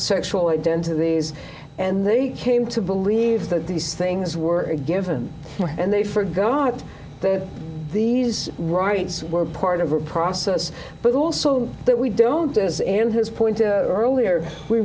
sexual identity these and they came to believe that these things were a given and they forgot that these rights were part of a process but also that we don't as and his point earlier we